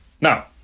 Now